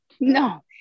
no